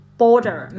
border